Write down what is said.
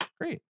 great